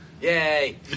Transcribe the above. Yay